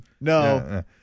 No